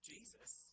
Jesus